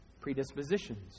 predispositions